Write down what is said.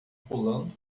pulando